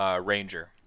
Ranger